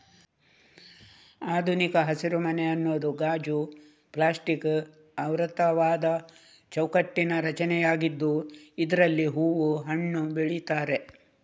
ಆಧುನಿಕ ಹಸಿರುಮನೆ ಅನ್ನುದು ಗಾಜು, ಪ್ಲಾಸ್ಟಿಕ್ ಆವೃತವಾದ ಚೌಕಟ್ಟಿನ ರಚನೆಯಾಗಿದ್ದು ಇದ್ರಲ್ಲಿ ಹೂವು, ಹಣ್ಣು ಬೆಳೀತಾರೆ